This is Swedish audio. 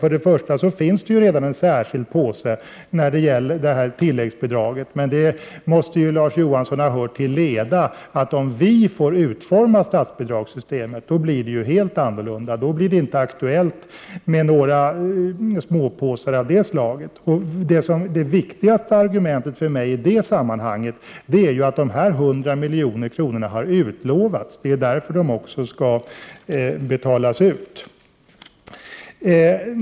Först och främst finns det redan en särskild ”påse” när det gäller tilläggsbidrag. Men Larz Johansson måste ha hört till leda att om vi i folkpartiet får utforma statsbidragssystemet kommer det att bli helt annorlunda. Då kommer det inte att bli aktuellt med några små ”påsar”. Det viktigaste argumentet för mig i det här sammanhanget är att de 100 milj.kr. har utlovats. Det är därför de också skall betalas ut.